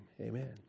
Amen